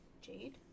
Jade